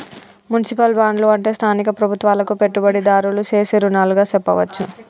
municipal బాండ్లు అంటే స్థానిక ప్రభుత్వాలకు పెట్టుబడిదారులు సేసే రుణాలుగా సెప్పవచ్చు